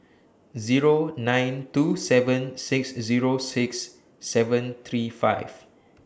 Zero nine two seven six Zero six seven three five